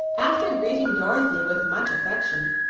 after greeting dorothy with much affection,